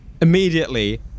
immediately